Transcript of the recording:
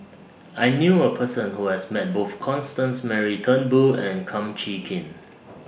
I knew A Person Who has Met Both Constance Mary Turnbull and Kum Chee Kin